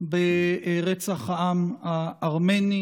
ברצח העם הארמני.